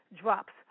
drops